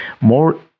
more